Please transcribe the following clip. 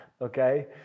okay